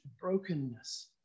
brokenness